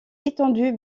étendue